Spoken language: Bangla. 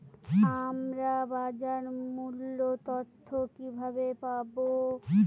আমরা বাজার মূল্য তথ্য কিবাবে পাবো?